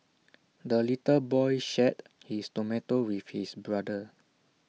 the little boy shared his tomato with his brother